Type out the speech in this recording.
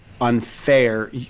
unfair